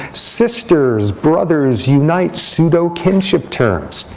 sisters, brothers unite, pseudo kinship terms.